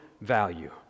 value